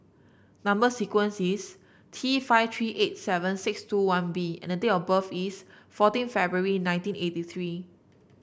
number sequence is T five three eight seven six two one B and date of birth is fourteen February nineteen eighty three